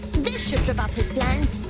this should trip up his plans.